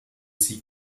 sie